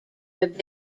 have